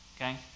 Okay